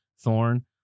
thorn